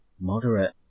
Moderate